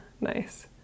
Nice